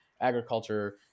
agriculture